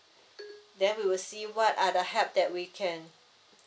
then we will see what are the help that we can